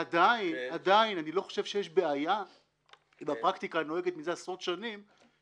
עדיין אני לא חושב שיש בעיה עם הפרקטיקה הנוהגת מזה עשרות שנים